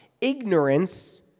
ignorance